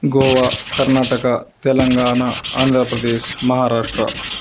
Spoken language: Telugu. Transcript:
గోవా కర్ణాటక తెలంగాణ ఆంధ్రప్రదేశ్ మహారాష్ట్ర